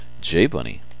J-Bunny